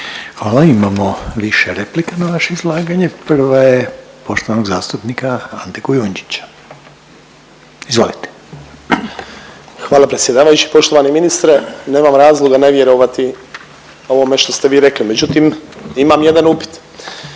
Hvala, imamo više replika na vaše izlaganje, prva je poštovanog zastupnika Ante Kujundžića, izvolite. **Kujundžić, Ante (MOST)** Hvala predsjedavajući. Poštovani ministre, nemam razloga ne vjerovati ovome što ste vi rekli, međutim imam jedan upit.